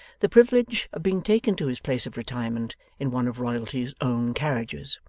the privilege of being taken to his place of retirement in one of royalty's own carriages.